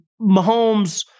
Mahomes